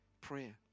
Prayer